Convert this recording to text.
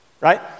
right